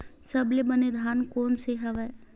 सबले बने धान कोन से हवय?